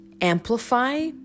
amplify